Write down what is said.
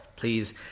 Please